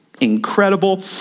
incredible